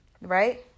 right